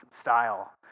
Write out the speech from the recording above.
style